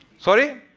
sorry?